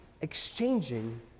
exchanging